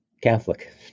Catholic